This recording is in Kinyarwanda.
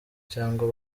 cyangwa